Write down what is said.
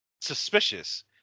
suspicious